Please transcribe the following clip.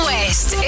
West